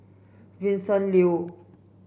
Vincent Leow